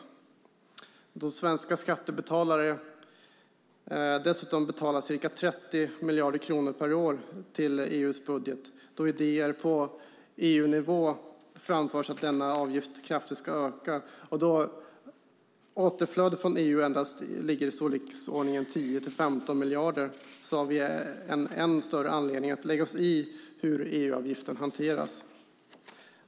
Eftersom svenska skattebetalare dessutom betalar ca 30 miljarder kronor per år till EU:s budget och idéer på EU-nivå framförs att denna avgift kraftigt ska öka, samtidigt som återflödet från EU endast ligger i storleksordningen 10-15 miljarder, har vi ännu större anledning att lägga oss i hur EU-avgiften hanteras.